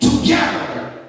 together